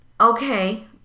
Okay